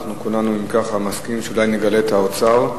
אם כך, כולנו נסכים שאולי נגלה את האוצר.